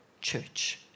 church